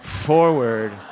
forward